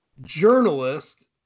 journalist